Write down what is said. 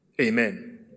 Amen